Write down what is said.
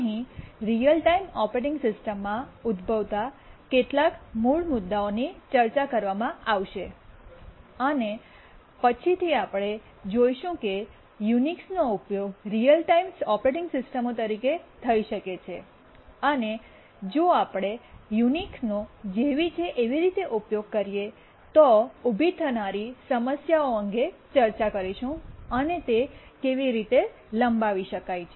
અહીં real time operating સિસ્ટમ્સમાં ઉદ્ભવતા કેટલાક મૂળ મુદ્દાઓની ચર્ચા કરવામાં આવશે અને પછીથી આપણે જોઈશું કે યુનિક્સ કે નો ઉપયોગ રીઅલ ટાઇમ ઓપરેટિંગ સિસ્ટમો તરીકે થઈ શકે છે અને જો આપણે યુનિક્સનો જેવી છે એવી રીતે ઉપયોગ કરીએ તો ઉભી થનારી સમસ્યાઓ અંગે ચર્ચા કરીશું અને તે કેવી રીતે લંબાવી શકાય છે